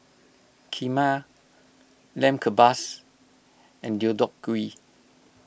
Kheema Lamb Kebabs and Deodeok Gui